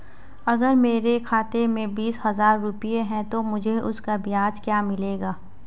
अगर मेरे खाते में बीस हज़ार रुपये हैं तो मुझे उसका ब्याज क्या मिलेगा?